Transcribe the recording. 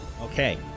Okay